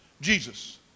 Jesus